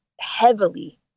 heavily